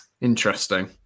Interesting